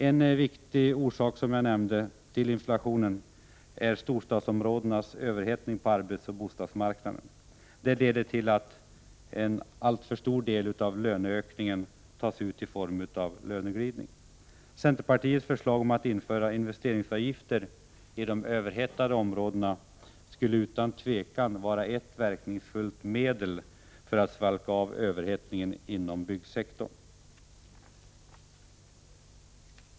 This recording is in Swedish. En viktig orsak till den höga inflationen i Sverige är storstadsområdenas överhettning på arbetsoch bostadsmarknaden, som leder till att en alltför stor del av löneökningen tas ut i form av löneglidning. Centerpartiets förslag om att införa investeringsavgifter i de överhettade områdena skulle utan tvivel vara ett verkningsfullt medel för att svalka överhettningen inom byggsektorn.